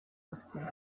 osten